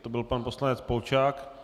To byl pan poslanec Polčák.